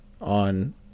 on